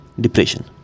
depression